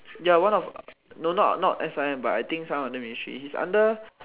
ya one of no not not S_I_M but I think some of them ministry he's under